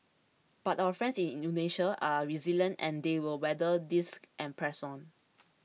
but our friends in Indonesia are resilient and they will weather this and press on